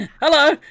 hello